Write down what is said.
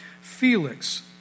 Felix